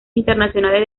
internacionales